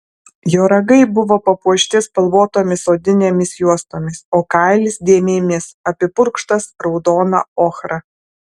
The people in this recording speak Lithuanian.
jo ragai buvo papuošti spalvotomis odinėmis juostomis o kailis dėmėmis apipurkštas raudona ochra